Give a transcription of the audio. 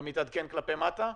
גם מתעדכן כלפי מטה?